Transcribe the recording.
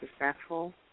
successful